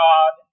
God